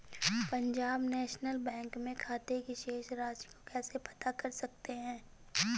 Punjab national bank में खाते की शेष राशि को कैसे पता कर सकते हैं?